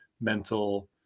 mental